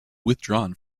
withdrawn